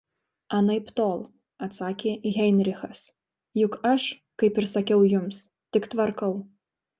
anaiptol atsakė heinrichas juk aš kaip ir sakiau jums tik tvarkau